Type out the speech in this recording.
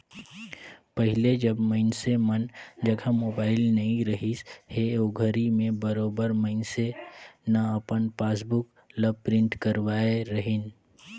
पहिले जब मइनसे मन जघा मोबाईल नइ रहिस हे ओघरी में बरोबर मइनसे न अपन पासबुक ल प्रिंट करवाय रहीन